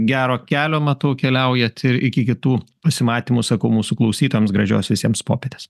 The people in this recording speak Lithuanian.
gero kelio matau keliaujat i iki kitų pasimatymų sakau mūsų klausytojams gražios visiems popietės